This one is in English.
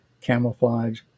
camouflage